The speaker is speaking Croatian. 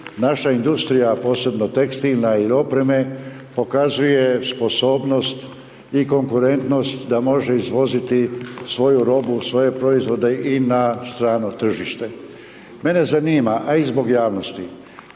naše industrija, posebno tekstilna ili opreme pokazuje sposobnost i konkurentnost da može izvoziti svoju robu, svoje proizvode i na strano tržište. Mene zanima, a i zbog javnosti,